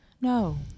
No